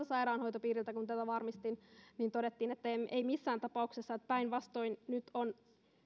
sairaanhoitopiiriltäni kun tätä varmistin niin todettiin että ei missään tapauksessa että päinvastoin nyt on